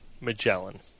Magellan